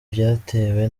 byatewe